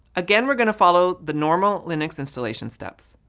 again, we're going to follow the normal linux installation steps.